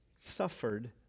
suffered